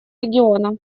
региона